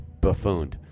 buffooned